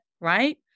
right